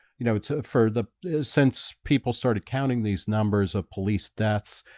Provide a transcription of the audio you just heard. you know it's ah for the since people started counting these numbers of police deaths,